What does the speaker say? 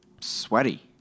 sweaty